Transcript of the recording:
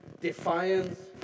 defiance